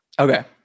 Okay